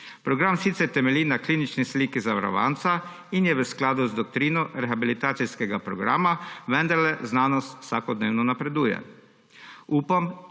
Program sicer temelji na klinični sliki zavarovanca in je v skladu z doktrino rehabilitacijskega programa, a vendarle znanost vsakodnevno napreduje.